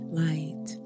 light